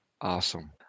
Awesome